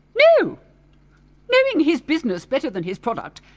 no knowing his business better than his product,